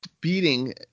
beating